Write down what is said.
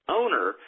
owner